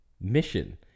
mission